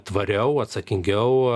tvariau atsakingiau